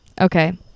okay